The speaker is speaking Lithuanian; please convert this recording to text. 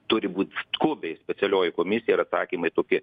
turi būt skubiai specialioji komisija ir atsakymai tokie